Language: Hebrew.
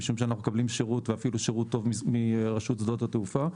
משום שאנחנו מקבלים שרות ואפילו שירות טוב מרשות שדות התעופה,